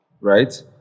right